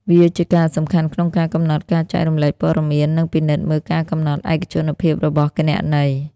វាជាការសំខាន់ក្នុងការកំណត់ការចែករំលែកព័ត៌មាន និងពិនិត្យមើលការកំណត់ឯកជនភាពរបស់គណនី។